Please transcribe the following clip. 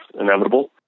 inevitable